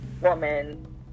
woman